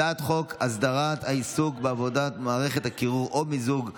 הצעת חוק הסדרת העיסוק בעבודה במערכת קירור או מיזוג אוויר,